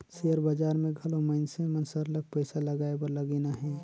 share बजार में घलो मइनसे मन सरलग पइसा लगाए बर लगिन अहें